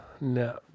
No